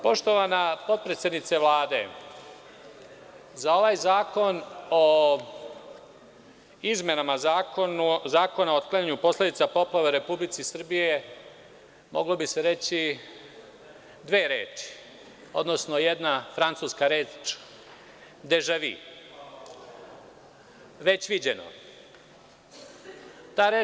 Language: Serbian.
Poštovana potpredsednice Vlade, za ovaj zakon o izmenama Zakona o otklanjanju posledica od poplava u Republici Srbiji mogle bi se reći dve reči, odnosno jedna francuska reč: „de žavi“ – već viđeno.